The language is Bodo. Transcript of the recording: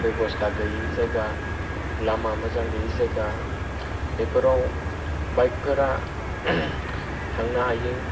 बेबस्ता गैयि जायगा लामा मोजां गैयि जायगा बेफोराव बाइकफोरा थांनो हायो